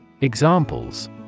Examples